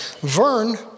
Vern